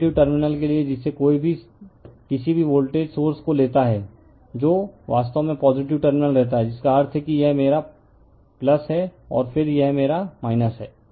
positive terminal के लिए जिसे कोई भी किसी भी वोल्टेज सोर्स को लेता है जो वास्तव में पॉजिटिव टर्मिनल रहता है जिसका अर्थ है कि यह मेरा है और फिर यह मेरा है